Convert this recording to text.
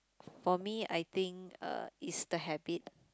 for me I think (uh)it's the habit